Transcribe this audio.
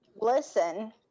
listen